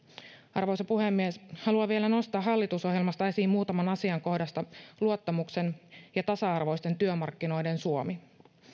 arvoisa puhemies haluan vielä nostaa hallitusohjelmasta esiin muutaman asian kohdasta luottamuksen ja tasa arvoisten työmarkkinoiden suomi